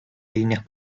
líneas